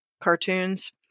cartoons